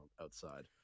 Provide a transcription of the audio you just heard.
outside